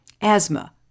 asthma